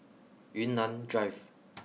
Yunnan Drive